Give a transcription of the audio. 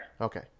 okay